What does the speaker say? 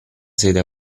sede